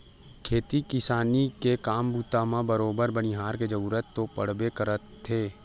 खेती किसानी के काम बूता म बरोबर बनिहार के जरुरत तो पड़बे करथे